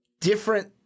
different